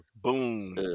Boom